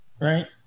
right